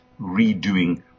redoing